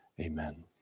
amen